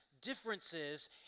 differences